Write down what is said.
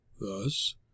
thus